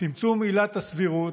צמצום עילת הסבירות,